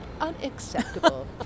unacceptable